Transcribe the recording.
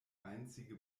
einzige